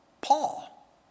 Paul